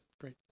Great